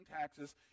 taxes